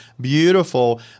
Beautiful